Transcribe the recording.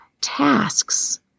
tasks